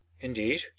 Indeed